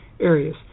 areas